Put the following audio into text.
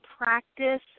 practice